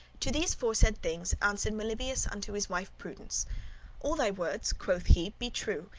to these foresaid things answered meliboeus unto his wife prudence all thy words, quoth he, be true,